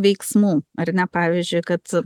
veiksmų ar ne pavyzdžiui kad